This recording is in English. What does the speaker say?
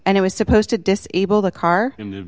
and it was supposed to disable the car and